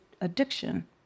addiction